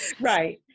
Right